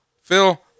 Phil